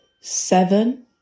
Seven